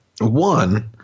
One